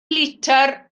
litr